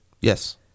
yes